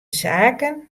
saken